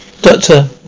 Doctor